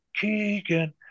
Keegan